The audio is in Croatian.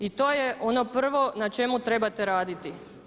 I to je ono prvo na čemu trebate raditi.